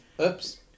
Oops